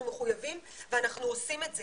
אנחנו מחויבים ואנחנו עושים את זה,